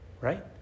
Right